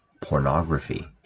pornography